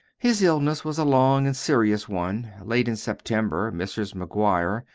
his illness was a long and serious one. late in september, mrs. mcguire,